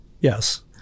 Yes